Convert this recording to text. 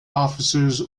officers